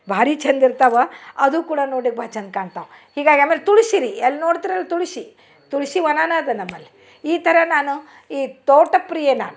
ಭಾರಿ ಚಂದಿರ್ತವ ಅದು ಕೂಡ ನೋಡ್ಲಿಕ್ಕೆ ಭಾಳ ಚಂದ ಕಾಣ್ತಾವೆ ಹೀಗಾಗಿ ಆಮೇಲೆ ತುಳಸಿರಿ ಎಲ್ಲಿ ನೋಡ್ತ್ರ ಅಲ್ಲಿ ತುಳಸಿ ತುಳಸಿ ವನಾನ ಅದ ನಮ್ಮಲ್ಲಿ ಈ ಥರ ನಾನು ಈ ತೋಟಪ್ರಿಯೆ ನಾನು